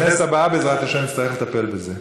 בכנסת הבאה, בעזרת השם, נצטרך לטפל בזה.